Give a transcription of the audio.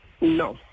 No